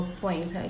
points